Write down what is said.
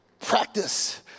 practice